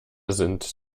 sind